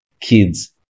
kids